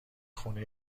خونه